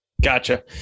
Gotcha